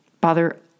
bother